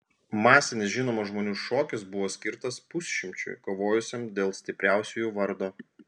masinis žinomų žmonių šokis buvo skirtas pusšimčiui kovojusiam dėl stipriausiųjų vardo